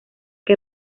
que